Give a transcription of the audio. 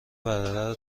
برادر